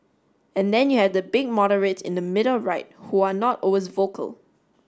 and then you have the big moderates in the middle right who are not always vocal